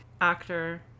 actor